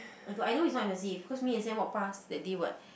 I thought I know it's not very expensive because me and walk past that day [what]